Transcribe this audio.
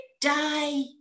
die